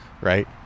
right